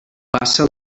passa